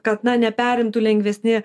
kad na neperimtų lengvesni